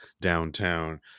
downtown